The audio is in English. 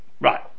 right